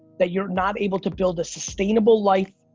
that you're not able to build a sustainable life,